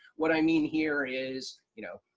what i mean here is, you know,